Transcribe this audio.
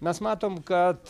mes matom kad